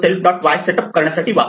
y setup करण्यासाठी वापरते